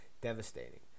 devastating